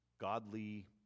godly